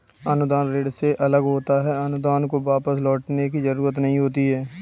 अनुदान ऋण से अलग होता है अनुदान को वापस लौटने की जरुरत नहीं होती है